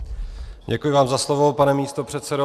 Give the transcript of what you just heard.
Děkuji vám za slovo, pane místopředsedo.